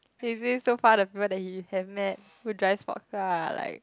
he say so far the people that you have met who drive sport car are like